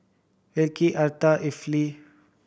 Vickey Arta Effie